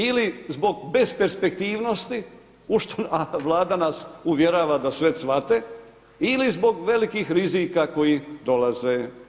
Ili zbog besperspektivnosti u što, a Vlada nas uvjerava da sve cvate ili zbog velikih rizika koji dolaze.